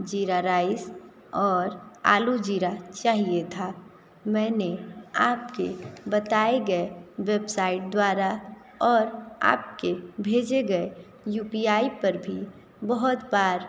जीरा राइस और आलू जीरा चाहिए था मैंने आपके बताए गए वेबसाइट द्वारा और आपके भेजे गए यू पी आई पर भी बहुत बार